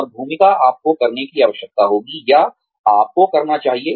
और भूमिका आपको करने की आवश्यकता होगी या आपको करना चाहिए